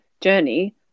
journey